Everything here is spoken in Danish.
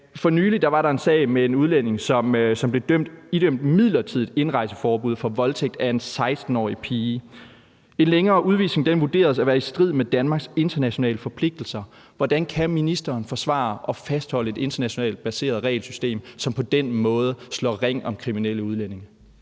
For nylig var der en sag med en udlænding, som blev idømt et midlertidigt indrejseforbud for voldtægt af en 16-årig pige. En længere udvisning vurderedes at være i strid med Danmarks internationale forpligtelser. Hvordan kan ministeren forsvare at fastholde et internationalt baseret regelsystem, som på den måde slår ring om kriminelle udlændinge?